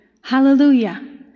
Hallelujah